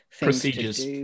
Procedures